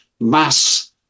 mass